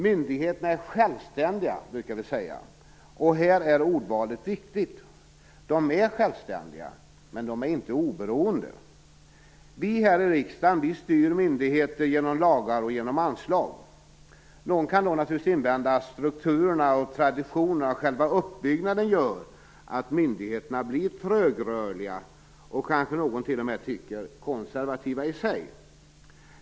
Myndigheterna är självständiga, brukar vi säga. Här är ordvalet viktigt. De är självständiga, men de är inte oberoende. Vi här i riksdagen styr myndigheter genom lagar och genom anslag. Någon kan naturligtvis invända att strukturerna, traditionerna och själva uppbyggnaden gör att myndigheterna blir trögrörliga och, kanske någon t.o.m. tycker, konservativa i sig.